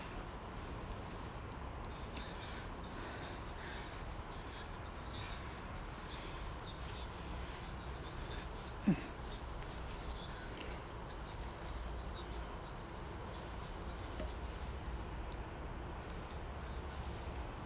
mm